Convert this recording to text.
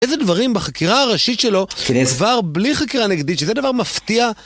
איזה דברים בחקירה הראשית שלו, כבר בלי חקירה נגדית, שזה דבר מפתיע.